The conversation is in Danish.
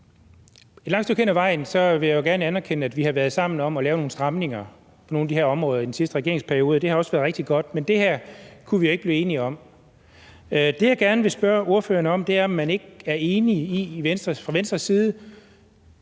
Et langt stykke hen ad vejen vil jeg gerne anerkende, at vi har været sammen om at lave nogle stramninger på nogle af de her områder i den sidste regeringsperiode, og det har også været rigtig godt. Men det her kunne vi ikke blive enige om. Det, jeg gerne vil spørge ordføreren om, er, om man ikke fra Venstres side